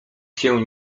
się